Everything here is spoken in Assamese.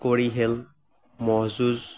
কৰি খেল ম'হ যুঁজ